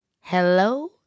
Hello